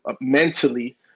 mentally